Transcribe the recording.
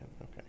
okay